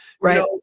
right